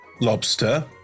lobster